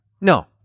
no